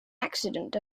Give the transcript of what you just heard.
accident